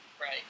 Right